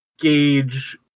gauge